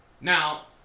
Now